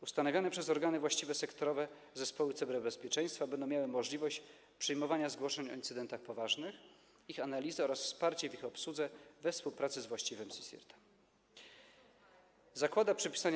Ustanowione przez organy właściwe sektorowe zespoły cyberbezpieczeństwa będą miały możliwość przyjmowania zgłoszeń o incydentach poważnych, ich analizy oraz wsparcia w ich obsłudze we współpracy z właściwym CSIRT-em.